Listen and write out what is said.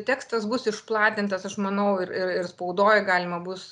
tekstas bus išplatintas aš manau ir ir ir spaudoj galima bus